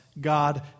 God